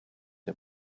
der